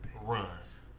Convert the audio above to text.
runs